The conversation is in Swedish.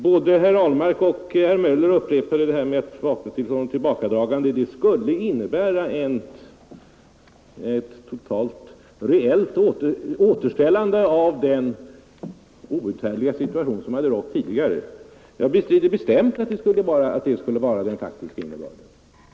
Både herr Ahlmark och herr Möller upprepar att vapenstillestånd och tillbakadragande skulle innebära ett totalt och reellt återställande av den outhärdliga situation som rådde tidigare. Jag bestrider bestämt att det skulle vara den faktiska innebörden.